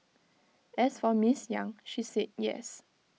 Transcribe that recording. as for miss yang she said yes